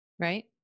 right